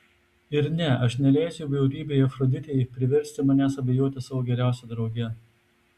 ir ne aš neleisiu bjaurybei afroditei priversti manęs abejoti savo geriausia drauge